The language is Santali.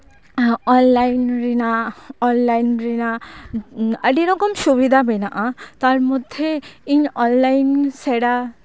ᱚᱱᱟᱞᱟᱭᱤᱱ ᱨᱮᱱᱟᱜ ᱚᱱᱞᱟᱭᱤᱱ ᱨᱮᱱᱟᱜ ᱟᱹᱰᱤ ᱨᱚᱠᱚᱢ ᱥᱩᱵᱤᱫᱷᱟ ᱢᱮᱱᱟᱜᱼᱟ ᱛᱟᱨ ᱢᱚᱫᱽᱫᱷᱮ ᱤᱧ ᱚᱱᱞᱟᱭᱤᱱ ᱥᱮᱲᱟ